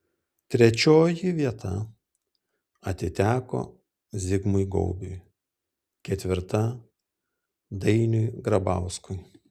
trečioji vieta atiteko zigmui gaubiui ketvirta dainiui grabauskui